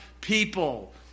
people